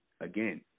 again